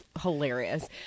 hilarious